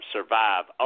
Survive